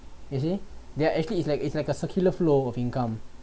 you see there are actually it's like it's like a circular flow of income